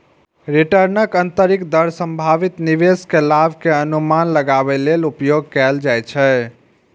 रिटर्नक आंतरिक दर संभावित निवेश के लाभ के अनुमान लगाबै लेल उपयोग कैल जाइ छै